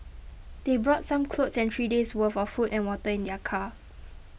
they brought some clothes and three days worth of food and water in their car